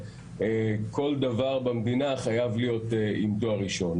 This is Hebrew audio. שכל דבר במדינה חייב להיות עם תואר ראשון.